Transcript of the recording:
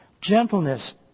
gentleness